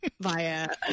via